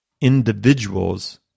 individuals